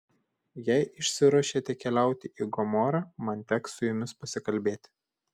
jei išsiruošėte keliauti į gomorą man teks su jumis pasikalbėti